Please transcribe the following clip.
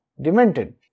demented